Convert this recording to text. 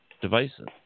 devices